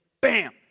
Bam